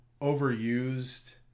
overused